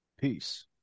peace